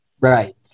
Right